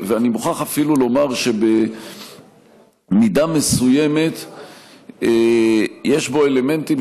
ואני מוכרח אפילו לומר שבמידה מסוימת יש בו אלמנטים